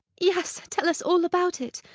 yes, tell us all about it.